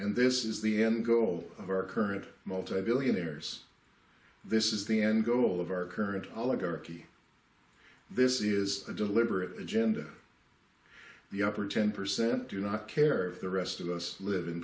and this is the end goal of our current multi billionaires this is the end goal of our current oligarchy this is a deliberate agenda the upper ten percent do not care if the rest of us live in